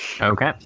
Okay